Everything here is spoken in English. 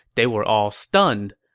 they were all stunned.